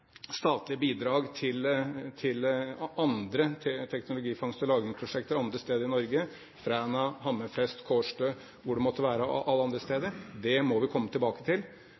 bidrag til teknologi, fangst- og lagringsprosjekter andre steder i Norge – Fræna, Hammerfest, Kårstø eller hvor det måtte være. Det må vi komme tilbake til.